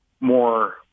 more